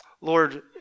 Lord